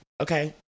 Okay